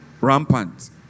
rampant